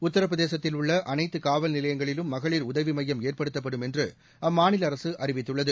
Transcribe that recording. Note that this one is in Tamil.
உத்தரபிரதேசத்தில் உள்ள அனைத்து காவல்நிலையங்களிலும் மகளிர் உதவி மையம் ஏற்படுத்தப்படும் என்று அம்மாநில அரசு அறிவித்துள்ளது